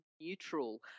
neutral